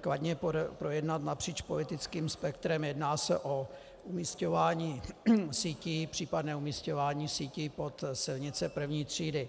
kladně projednat napříč politickým spektrem, jedná se o umisťování sítí, případné umisťování sítí pod silnice I. třídy.